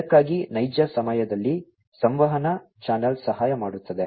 ಇದಕ್ಕಾಗಿ ನೈಜ ಸಮಯದಲ್ಲಿ ಸಂವಹನ ಚಾನಲ್ ಸಹಾಯ ಮಾಡುತ್ತದೆ